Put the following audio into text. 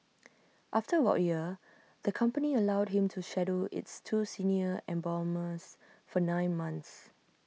after about A year the company allowed him to shadow its two senior embalmers for nine months